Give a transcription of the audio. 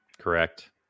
Correct